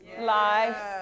life